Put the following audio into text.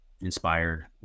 inspired